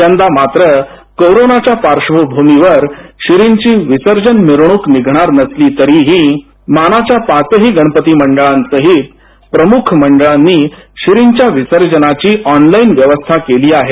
यंदा मात्र कोरोनाच्या पार्श्वभूमीवर श्रींची मिरवणूक निघणार नसलीतरीही मानाच्या पाचही गणपती मंडळांसहीत प्रमुख मंडळांनी श्रींच्या विसर्जनाची ऑनलाइन व्यवस्था केली आहे